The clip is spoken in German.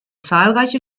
zahlreiche